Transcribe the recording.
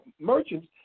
merchants